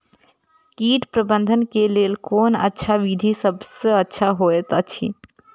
कीट प्रबंधन के लेल कोन अच्छा विधि सबसँ अच्छा होयत अछि?